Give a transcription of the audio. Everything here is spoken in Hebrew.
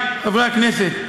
חברי חברי הכנסת,